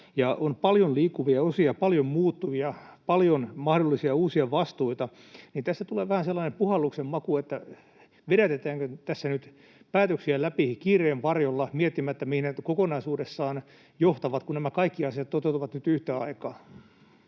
on paljon liikkuvia osia, paljon muuttujia, paljon mahdollisia uusia vastuita, niin tässä tulee vähän sellainen puhalluksen maku, että vedätetäänkö tässä nyt, viedäänkö päätöksiä läpi kiireen varjolla miettimättä, mihin ne kokonaisuudessaan johtavat, kun nämä kaikki asiat toteutuvat nyt yhtä aikaa.